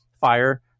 fire